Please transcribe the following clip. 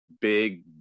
big